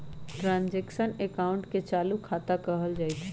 transaction अकाउंटे के चालू खता कहल जाइत हइ